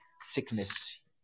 sickness